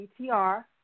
BTR